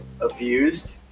abused